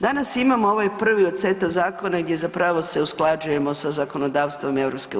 Danas imamo ovaj prvi od seta zakona gdje je zapravo se usklađujemo sa zakonodavstvom EU.